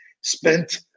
spent